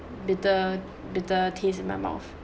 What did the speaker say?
bitter bitter taste in my mouth